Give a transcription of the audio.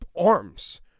arms